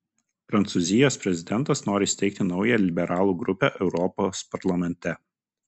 prancūzijos prezidentas nori įsteigti naują liberalų grupę europos parlamente